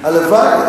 הלוואי.